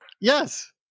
yes